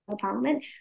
Parliament